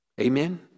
Amen